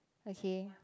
okay